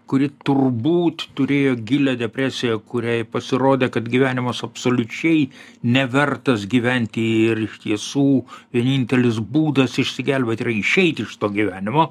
kuri turbūt turėjo gilią depresiją kuriai pasirodė kad gyvenimas absoliučiai nevertas gyventi ir iš tiesų vienintelis būdas išsigelbėt yra išeit iš to gyvenimo